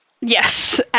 Yes